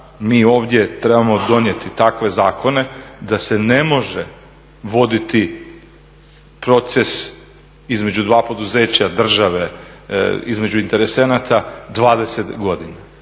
mi ovdje trebamo donijeti takve zakone da se ne može voditi proces između dva poduzeća, države, između interesenata 20 godina.